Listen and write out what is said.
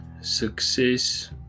success